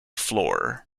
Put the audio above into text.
floor